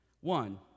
One